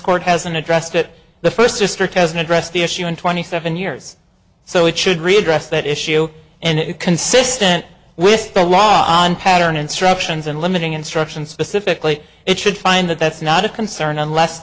court hasn't addressed it the first district hasn't addressed the issue in twenty seven years so it should redress that issue and it consistent with the law on pattern instructions and limiting instructions specifically it should find that that's not a concern unless